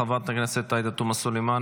חברת הכנסת עאידה תומא סלימאן,